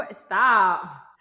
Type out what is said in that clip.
Stop